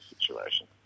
situation